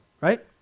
right